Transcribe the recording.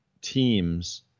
teams